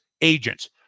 agents